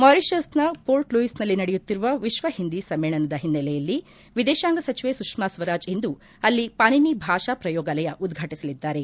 ಮಾರಿಷಸ್ನ ಮೋರ್ಟ್ ಲೂಯಿಸ್ನಲ್ಲಿ ನಡೆಯುತ್ತಿರುವ ವಿಶ್ವ ಹಿಂದಿ ಸಮ್ಮೇಳನದ ಹಿನ್ನೆಲೆಯಲ್ಲಿ ವಿದೇತಾಂಗ ಸಚಿವೆ ಸುಷ್ನಾ ಸ್ವರಾಜ್ ಇಂದು ಅಲ್ಲಿ ಪಾನಿನಿ ಭಾಷಾ ಪ್ರಯೋಗಾಲಯ ಉದ್ವಾಟಿಸಲಿದ್ದಾರೆ